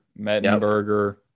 Mettenberger